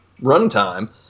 runtime